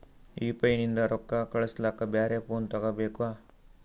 UPI ನಿಂದ ರೊಕ್ಕ ಕಳಸ್ಲಕ ಬ್ಯಾರೆ ಫೋನ ತೋಗೊಬೇಕ?